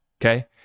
okay